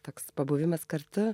toks pabuvimas kartu